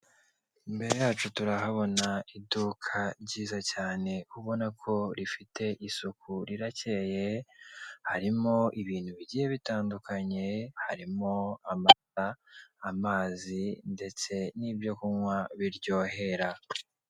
Imbere yacu turahabona iduka ryiza cyane ubona ko rifite isuku rirakeye, harimo ibintu bigiye bitandukanye harimo amata, amazi ndetse n'ibyo kunywa biryohera.